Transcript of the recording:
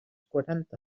quaranta